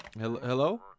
Hello